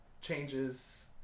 changes